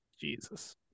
Jesus